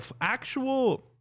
actual